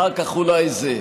אחר כך אולי זה,